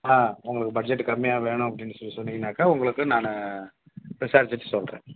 ஆ உங்களுக்கு பட்ஜட்டு கம்மியாக வேணும் அப்படின்னு சொல்லி சொன்னிங்கனாக்கா உங்களுக்கு நான் விசாரிச்சிட்டு சொல்கிறேன்